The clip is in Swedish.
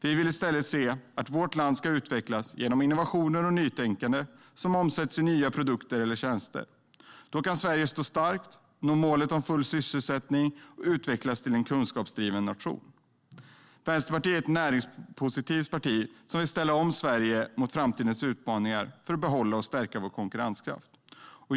Vi vill i stället att vårt land ska utvecklas genom innovationer och nytänkande som omsätts i nya produkter eller tjänster. Då kan Sverige stå starkt, nå målet om full sysselsättning och utvecklas till en kunskapsdriven nation. Vänsterpartiet är ett näringspositivt parti som vill ställa om Sverige mot framtidens utmaningar för att behålla och stärka vår konkurrenskraft.